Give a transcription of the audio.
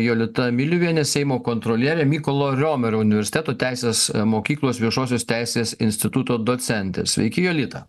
jolita miliuvienė seimo kontrolierė mykolo riomerio universiteto teisės mokyklos viešosios teisės instituto docentė sveiki jolita